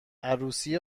عروسی